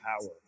power